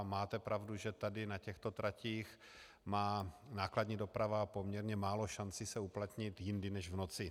Máte pravdu, že na těchto tratích má nákladní doprava poměrně málo šancí se uplatnit jindy než v noci.